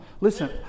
Listen